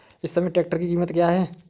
इस समय ट्रैक्टर की कीमत क्या है?